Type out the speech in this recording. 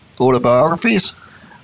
autobiographies